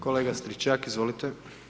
Kolega Stričak, izvolite.